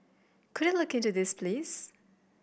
could you look into this please